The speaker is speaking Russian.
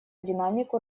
динамику